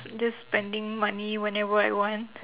just spending money whenever I want